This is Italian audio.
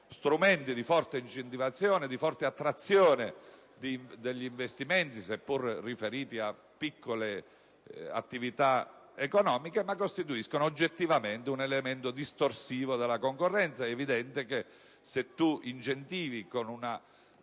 di forte incentivazione e di forte attrazione degli investimenti, seppure riferiti a piccole attività economiche, ma rappresentano oggettivamente un elemento distorsivo della concorrenza. È evidente che, se si incentiva con una